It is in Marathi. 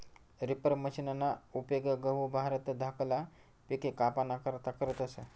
रिपर मशिनना उपेग गहू, भात धाकला पिके कापाना करता करतस